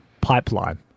pipeline